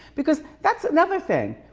because that's another thing.